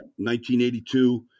1982